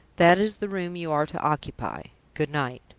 that is the room you are to occupy. good-night.